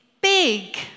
big